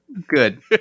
Good